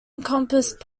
encompassed